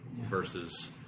versus